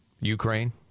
ukraine